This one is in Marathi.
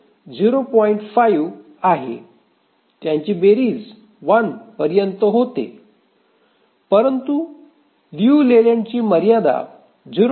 5 आहे त्यांची बेरीज 1 पर्यंत होते परंतु लियू लेलँड ची मर्यादा 0